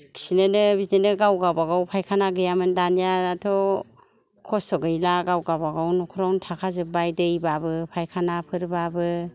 खिनोनो बिदिनो गाव गाबागाव फायखाना गैयामोन दानियाथ' खस्थ' गैला गाव गावबा गाव नखरावनो थाखा जोबबाय दैब्लाबो फायखानाफोरब्लाबो